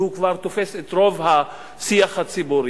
והוא כבר תופס את רוב השיח הציבורי,